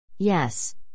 Yes